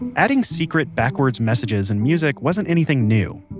adding secret backward messages in music wasn't anything new.